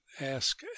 ask